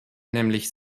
nämlich